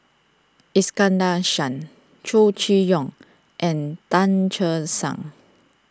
Iskandar Shah Chow Chee Yong and Tan Che Sang